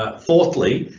ah fourthly,